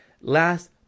Last